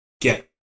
get